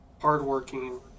hardworking